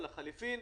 או לחילופין,